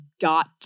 got